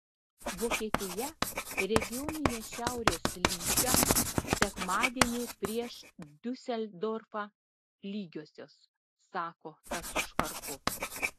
vokietija regioninė šiaurės lyga sekmadienį prieš diuseldorfą lygiosios sako tas su švarku